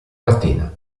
mattina